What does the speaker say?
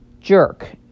jerk